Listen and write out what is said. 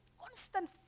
constant